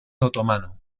otomano